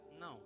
no